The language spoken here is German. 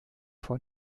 vor